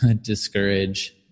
discourage